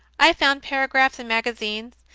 i found paragraphs in magazines,